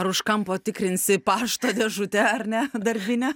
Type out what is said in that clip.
ar už kampo tikrinsi pašto dėžutę ar ne darbinę